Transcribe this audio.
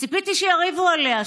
וציפיתי שיריבו עליה,